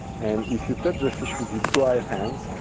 and if you touch the fish with you dry hands,